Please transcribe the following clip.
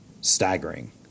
staggering